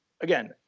again